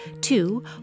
Two